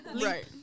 Right